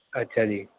ਅੱਛਾ ਜੀ